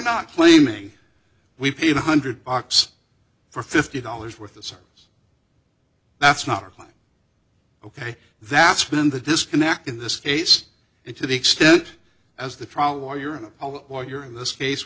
not claiming we paid one hundred bucks for fifty dollars worth of service that's not a claim ok that's been the disconnect in this case and to the extent as the trial while you're in a while you're in this case